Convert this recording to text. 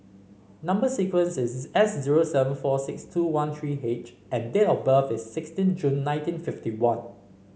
number sequence is S zero seven four six two one three H and date of birth is sixteen June nineteen fifty one